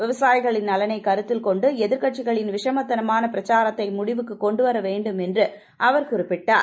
விவசாயிகளின் நலனைக் கருத்தில் கொண்டு எதிர்க்கட்சிகளின் விஷமத்தனமான பிரக்சாரத்தை முடிவுக்குக் கொண்டு வரவேண்டும் என்று அவர் குறிப்பிட்டார்